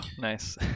nice